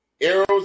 arrows